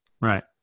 Right